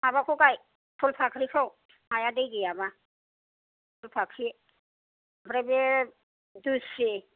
माबाखौ गाय फुल फाख्रिखौ हाया दै गैयाबा फुल फाख्रि आमफ्राय बे दुस्रि